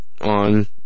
on